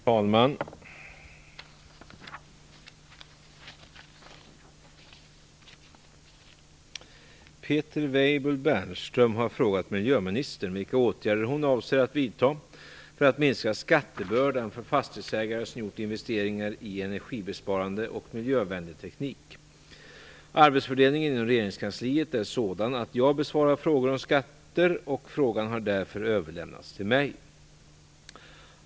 Fru talman! Peter Weibull Bernström har frågat miljöministern vilka åtgärder hon avser att vidta för att minska skattebördan för fastighetsägare som gjort investeringar i energibesparande och miljövänlig teknik. Arbetsfördelningen inom regeringskansliet är sådan att jag besvarar frågor om skatter, och frågan har därför överlämnats till mig.